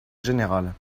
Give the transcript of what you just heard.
générale